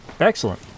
Excellent